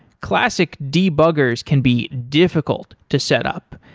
classic debuggers can be difficult to set up,